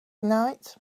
night